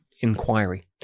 inquiry